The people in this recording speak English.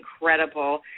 incredible